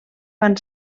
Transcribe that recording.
van